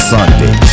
Sunday